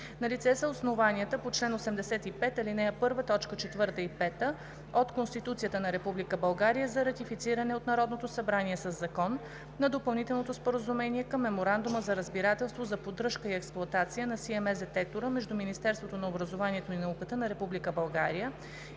Налице са основанията по чл. 85, ал. 1, т. 4 и 5 от Конституцията на Република България за ратифициране от Народното събрание със закон на Допълнителното споразумение към Меморандума за разбирателство за поддръжка и експлоатация на CMS детектора между Министерството на образованието и науката на